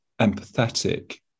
empathetic